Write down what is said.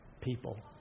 people